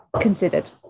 considered